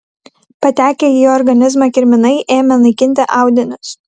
patekę į organizmą kirminai ėmė naikinti audinius